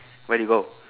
where do you go